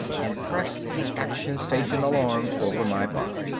and pressed the action station alarm over my bunk.